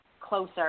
closer